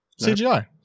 cgi